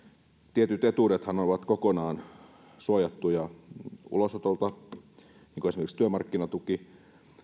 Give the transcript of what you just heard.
tietyt etuudethan ovat kokonaan suojattuja ulosotolta niin kuin esimerkiksi työmarkkinatuki